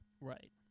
Right